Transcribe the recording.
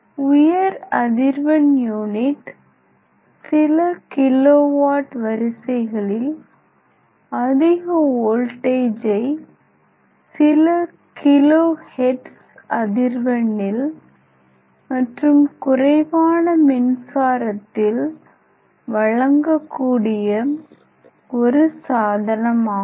உயர் அதிர்வெண் யூனிட் சில கிலோ வாட் வரிசைகளில் அதிக வோல்ட்டேஜை சில கிலோ ஹெர்ட்ஸ் அதிர்வெண்ணில் மற்றும் குறைவான மின்சாரத்தில் வழங்கக்கூடிய ஒரு சாதனமாகும்